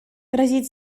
грозит